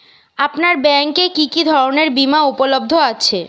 আপনার ব্যাঙ্ক এ কি কি ধরনের বিমা উপলব্ধ আছে?